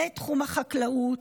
לתחום החקלאות,